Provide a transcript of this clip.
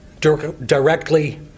Directly